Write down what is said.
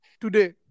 today